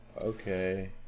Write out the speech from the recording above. okay